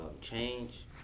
change